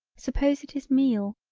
suppose it is meal.